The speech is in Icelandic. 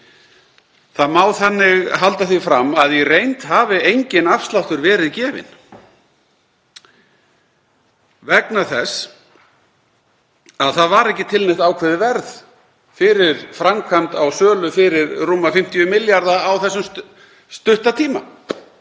Þannig má halda því fram að í reynd hafi enginn afsláttur verið gefinn vegna þess að ekki var til neitt ákveðið verð fyrir framkvæmd á sölu fyrir rúma 50 milljarða á þessum stutta tíma.